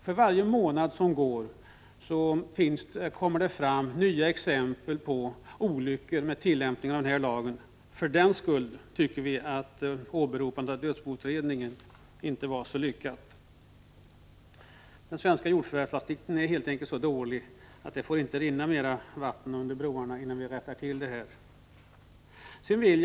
För varje månad som går kommer det fram nya exempel på olyckor till följd av tillämpningen av nuvarande lag. För den skull tycker vi att åberopandet av dödsboutredningen inte var så lyckat. Den svenska jordförvärvslagstiftningen är helt enkelt så dålig att det inte får flyta mer vatten under broarna innan vi rättar till missförhållandena.